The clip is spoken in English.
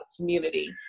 community